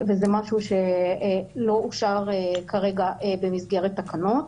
זה משהו שלא אושר כרגע במסגרת התקנות.